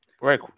Right